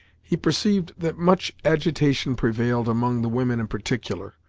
he perceived that much agitation prevailed among the women in particular,